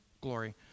glory